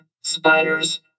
spiders